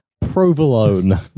Provolone